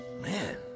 Man